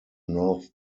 north